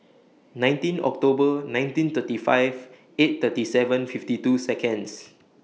nineteen October nineteen thirty five eight thirty seven fifty two Seconds